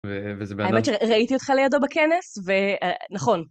האמת שראיתי אותך לידו בכנס, ונכון.